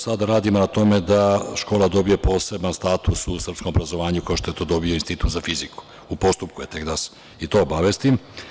Sada radimo na tome da škola dobije posebno status u srpskom obrazovanju, kao što je to dobio Institut za fiziku, u postupku je tek, i to da vas obavestim.